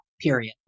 period